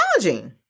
challenging